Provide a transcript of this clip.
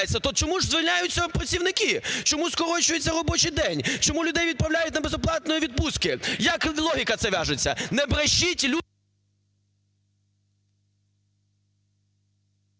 чому ж звільняються працівники, чому скорочується робочий день, чому людей відправляють на безоплатні відпустки?! Як логіка ця в'яжеться?